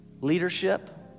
leadership